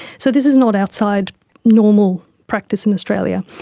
so this is not outside normal practice in australia.